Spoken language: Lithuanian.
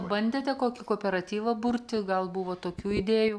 bandėte kokį kooperatyvą burti gal buvo tokių idėjų